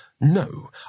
No